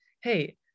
hey